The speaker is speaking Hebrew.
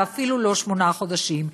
ואפילו לא שמונה חודשים,